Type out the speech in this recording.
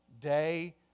day